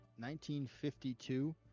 1952